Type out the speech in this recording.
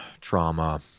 trauma